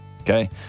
Okay